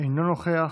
אינו נוכח,